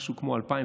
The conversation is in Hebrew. משהו כמו 2007,